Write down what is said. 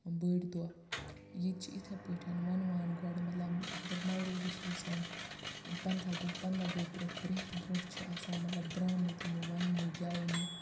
بٔڈۍ دۅہ ییٚتہِ چھِ تِتھٕے پٲٹھۍ وَنوان گۅڈٕ مَطلَب اَگَر نَو روزَس آسہٕ ہان پَنٛدَاہ دۅہ پَنٛدَاہ دۅہ برٛونٛہہ رٮ۪تھ برٛونٛہہ چھِ آسان مَطلَب درٛامٕتۍ یِم وَننہِ گٮ۪ونہِ